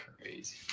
crazy